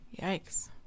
yikes